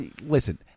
Listen